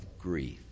grief